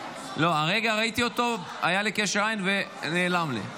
הרגע ראיתי אותו, היה לי קשר עין, ונעלם לי.